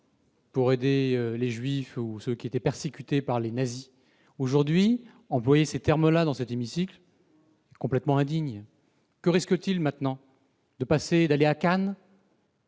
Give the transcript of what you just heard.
pour aider les juifs ou ceux qui étaient persécutés par les nazis. Employer ces termes aujourd'hui dans cet hémicycle est complètement indigne. Que risquent-ils maintenant ? D'aller à Cannes